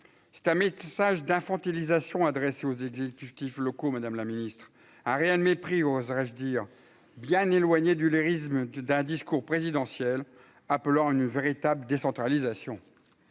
c'est un métissage d'infantilisation adressé aux exécutifs locaux, Madame la Ministre a rien de mépris, oserais-je dire, bien éloignée du lyrisme de d'un discours présidentiel appelant à une véritable décentralisation